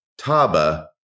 Taba